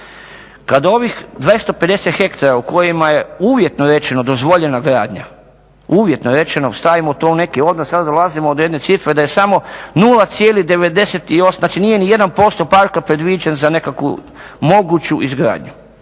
Kad ovih 250 hektara u kojima je uvjetno rečeno dozvoljena gradnja, uvjetno rečeno, stavimo to u neki odnos, sad dolazimo do jedne cifre da je samo 0,98 znači nije ni 1% parka predviđen za nekakvu moguću izgradnju